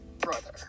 brother